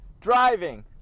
driving